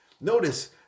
Notice